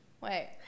Wait